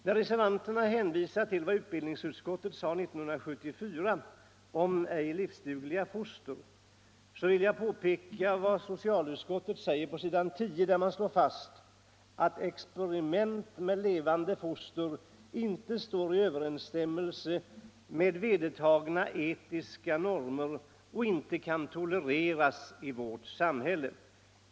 När reservanterna hänvisar till vad utbildningsutskottet anförde 1974 om ej livsdugliga foster vill jag peka på vad socialutskottet understryker på s. 9, nämligen ”att experiment på levande foster --—- inte står i överensstämmelse med vedertagna etiska normer och inte kan tolereras i vårt samhälle”.